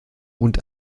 und